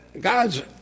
God's